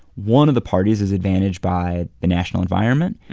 one of the parties is advantaged by the national environment.